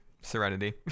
serenity